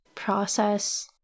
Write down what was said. process